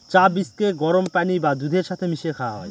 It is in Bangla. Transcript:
চা বীজকে গরম পানি বা দুধের সাথে মিশিয়ে খাওয়া হয়